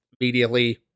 immediately